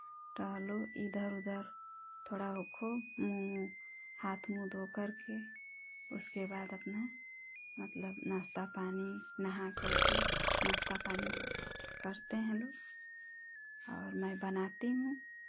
टहलो इधर उधर थोड़ा ओखो हाथ मुँह धोकर के उसके बाद अपना मतलब नाश्ता पानी नहाकर के नाश्ता पानी करते हैं और मैं बनाती हूँ